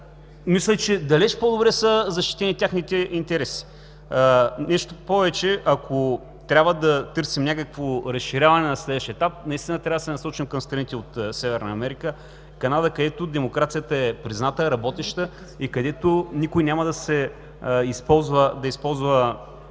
мисля, че далеч по-добре са защитени техните интереси. Нещо повече, ако трябва да търсим някакво разширяване на следващ етап, наистина трябва да се насочим към страните от Северна Америка и Канада, където демокрацията е призната, работеща и където никой няма да използва